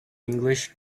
english